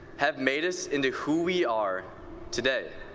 have made us into who we are today.